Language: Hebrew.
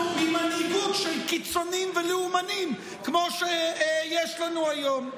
ואוי לנו ממנהיגות של קיצוניים ולאומנים כמו שיש לנו היום.